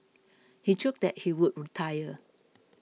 he joked that he would retire